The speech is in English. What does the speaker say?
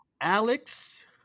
Alex